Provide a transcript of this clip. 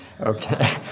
Okay